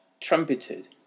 trumpeted